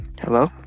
Hello